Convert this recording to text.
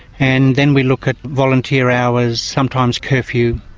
and then we look at volunteer hours. sometimes curfew,